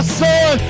son